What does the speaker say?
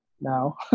now